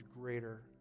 greater